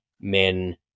men